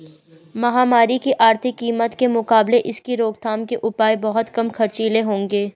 महामारी की आर्थिक कीमत के मुकाबले इसकी रोकथाम के उपाय बहुत कम खर्चीले होंगे